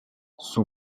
son